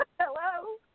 Hello